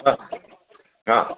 हां हां